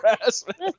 harassment